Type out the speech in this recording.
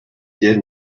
did